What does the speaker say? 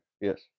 Yes